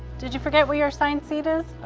did you forget where your assigned seat is?